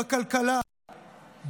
בכלכלה,